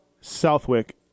Southwick